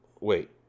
Wait